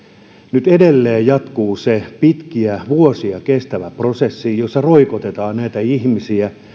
nyt edelleen jatkuu se pitkä vuosia kestävä prosessi jossa roikotetaan näitä ihmisiä